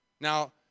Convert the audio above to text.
now